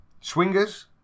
*Swingers*